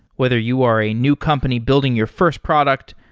whether you are a new company building your first product,